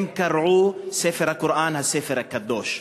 הם קרעו את ספר הקוראן, הספר הקדוש.